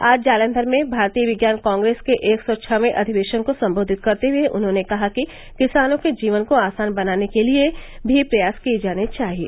आज जालंघर में भारतीय विज्ञान कांग्रेस के एक सौ छवें अधिवेशन को संबोधित करते हुए उन्होंने कहा कि किसानों के जीवन को आसान दनाने के लिए भी प्रयास किए जाने चाहिए